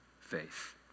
faith